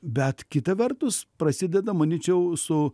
bet kita vertus prasideda manyčiau su